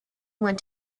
want